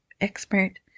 expert